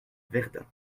verdun